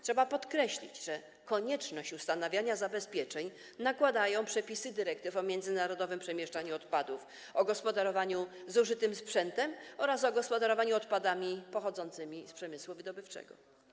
Trzeba podkreślić, że konieczność ustanawiania zabezpieczeń nakładają przepisy dyrektyw o międzynarodowym przemieszczaniu odpadów, o gospodarowaniu zużytym sprzętem oraz o gospodarowaniu odpadami pochodzącymi z przemysłu wydobywczego.